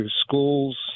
schools